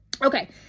Okay